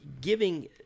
giving –